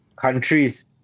countries